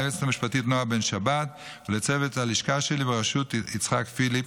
ליועצת המשפטית נעה בן שבת ולצוות הלשכה שלי בראשות יצחק פיליפ.